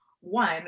one